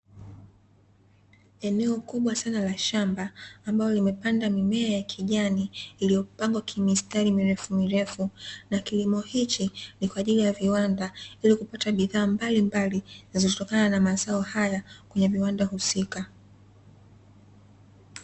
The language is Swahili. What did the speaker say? Eneo kubwa sana la shamba ambalo limepanda mimea ya kijani iliyopangwa kimistari mirefu mirefu, na kilimo hiki ni kwa ajili ya viwanda, ili kupata bidhaa mbalimbali zilizotokana na mazao haya, kwenye viwanda husika.